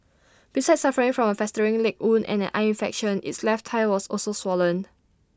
besides suffering from A festering leg wound and an eye infection its left thigh was also swollen